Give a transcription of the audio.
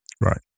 Right